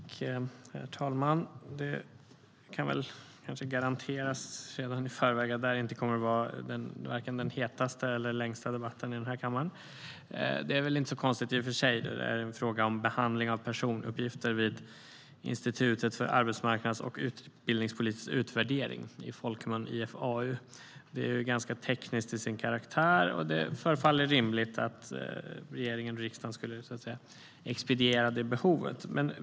Herr talman! Det kanske kan garanteras redan i förväg att det här inte kommer att vara den vare sig hetaste eller längsta debatten i den här kammaren. Det är väl inte så konstigt i och för sig; detta är en fråga om behandling av personuppgifter vid Institutet för arbetsmarknads och utbildningspolitisk utvärdering, i folkmun IFAU. Det hela är ganska tekniskt till sin karaktär, och det förefaller rimligt att regeringen och riksdagen skulle expediera behovet.